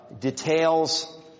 details